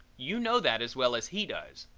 you know that as well as he does,